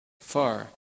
far